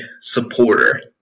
supporter